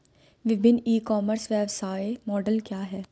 विभिन्न e commerce व्यवसाय model क्या हैं?